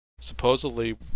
supposedly